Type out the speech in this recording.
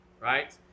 right